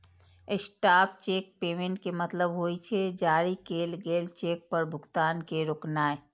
stop cheque payment के मतलब होइ छै, जारी कैल गेल चेक पर भुगतान के रोकनाय